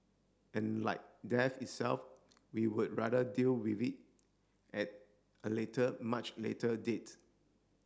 and like death itself we would rather deal with it at a later much later date